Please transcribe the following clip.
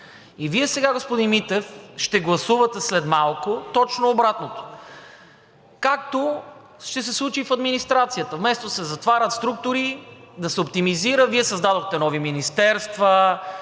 И Вие сега, господин Митев, ще гласувате след малко точно обратното, както ще се случи и в администрацията – вместо да се затварят структури, да се оптимизира, Вие създадохте нови министерства,